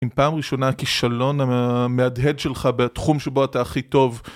עם פעם ראשונה הכישלון המהדהד שלך בתחום שבו אתה הכי טוב